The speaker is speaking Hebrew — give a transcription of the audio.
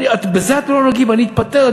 בזה אתם לא נוגעים, אני אתפטר.